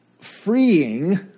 freeing